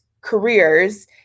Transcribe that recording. careers